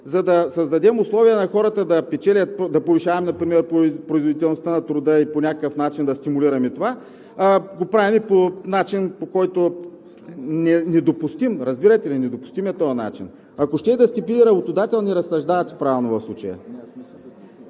за да създадем условия на хората – да повишаваме например производителността на труда и по някакъв начин да стимулираме това, а го правим по начин, който е недопустим? Разбирате ли, недопустим е този начин?! Ако ще да сте били работодател, не разсъждавате правилно в случая.